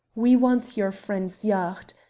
we want your friend's yacht.